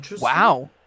Wow